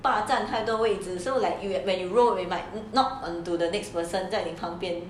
霸占太多位置 so like when you roll you might knock onto the next person 在你旁边